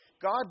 God